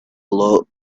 float